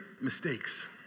mistakes